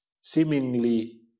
seemingly